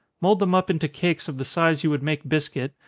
mould them up into cakes of the size you would make biscuit,